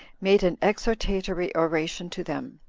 made an exhortatory oration to them,